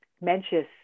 Mencius